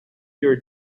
your